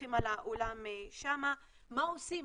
מפקחים על העולם שם, מה עושים.